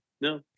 no